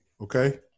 Okay